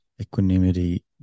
equanimity